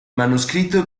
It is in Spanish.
manuscrito